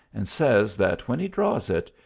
and says, that when he draws it,